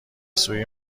سوی